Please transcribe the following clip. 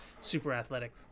super-athletic